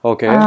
Okay